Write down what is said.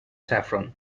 saffron